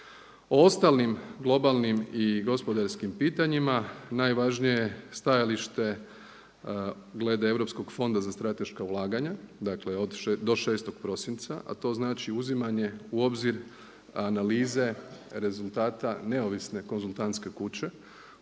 O ostalim globalnim i gospodarskim pitanjima najvažnije je stajalište glede Europskog fonda za strateška ulaganja, dakle do 6. prosinca a to znači uzimanje u obzir analize rezultata neovisne konzultantske kuće